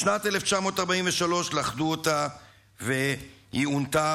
בשנת 1943 לכדו אותה והיא עונתה,